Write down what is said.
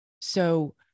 So-